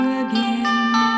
again